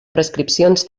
prescripcions